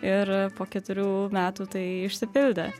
ir po keturių metų tai išsipildė